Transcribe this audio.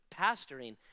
pastoring